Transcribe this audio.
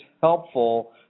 helpful